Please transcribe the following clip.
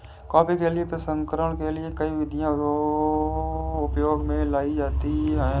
coffee के प्रसंस्करण के लिए कई विधियां प्रयोग में लाई जाती हैं